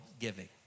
giving